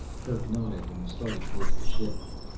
kerk nodded and started towards the ship.